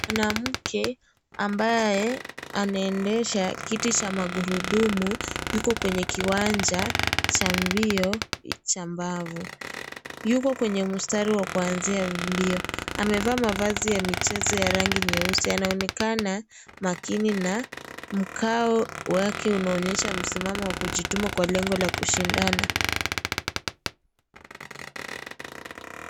Mwanamke ambaye anaendesha kiti cha magurudumu yuko kwenye kiwanja cha mbio cha mbavu. Yuko kwenye mstari wa kuanzia mbio. Amevaa mavazi ya michezo ya rangi nyeusi. Anaonekana makini na mkao wake unaonyesha msimamo wa kujituma kwa lengo la kushindana,